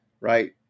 right